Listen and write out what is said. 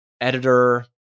editor